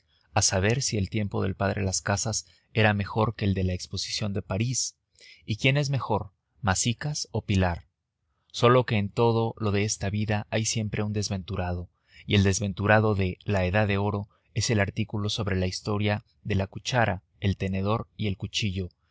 a saber si el tiempo del padre las casas era mejor que el de la exposición de parís y quién es mejor masicas o pilar sólo que en todo lo de esta vida hay siempre un desventurado y el desventurado de la edad de oro es el artículo sobre la historia de la cuchara el tenedor y el cuchillo